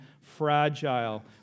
fragile